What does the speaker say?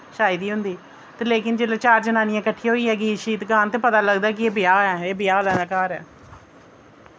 छाई दी होंदी ते लेकिन जेल्लै चार जनानियां किट्ठियां होइयै गीत शीत गान ते पता लगदा ऐ कि एह् ब्याह ऐ एह् ब्याह आह्लें दा घर ऐ